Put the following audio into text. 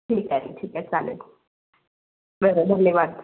ठीक आहे ठीक आहे चालेल बरं धन्यवाद